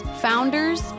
founders